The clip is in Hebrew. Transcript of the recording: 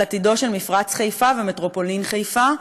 על עתידם של מפרץ חיפה ומטרופולין חיפה,